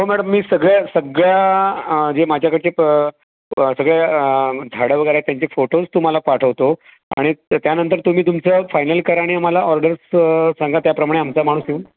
हो मॅडम मी सगळ्या सगळ्या जे माझ्याकडचे प सगळे झाडं वगैरे आहेत त्यांचे फोटोज तुम्हाला पाठवतो आणि तर त्यानंतर तुम्ही तुमचं फायनल करा आणि आम्हाला ऑर्डर स सांगा त्याप्रमाणे आमचा माणूस येऊन